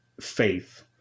faith